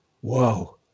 Whoa